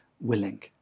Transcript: willing